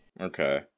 okay